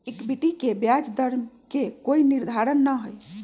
equity के ब्याज दर के कोई निर्धारण ना हई